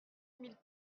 mille